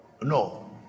No